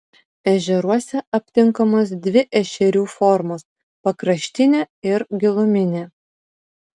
ežeruose aptinkamos dvi ešerių formos pakraštinė ir giluminė